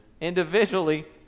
individually